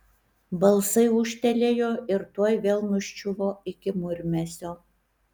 balsai ūžtelėjo ir tuoj vėl nuščiuvo iki murmesio